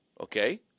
okay